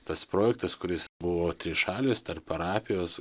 tas projektas kuris buvo trišalis tarp parapijos